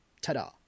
Ta-da